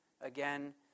again